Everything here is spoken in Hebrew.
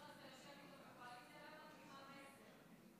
לא הבנתי מה המסר,